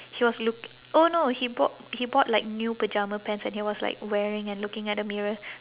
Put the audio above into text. he was look~ oh no he bou~ he bought like new pyjama pants and he was like wearing and looking at the mirror